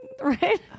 right